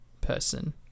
person